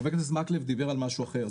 חבר הכנסת מקלב דיבר על משהו אחר,